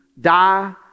die